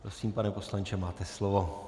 Prosím, pane poslanče, máte slovo.